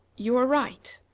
you are right.